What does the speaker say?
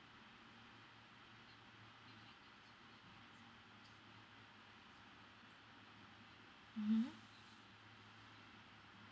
mmhmm